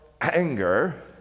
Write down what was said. anger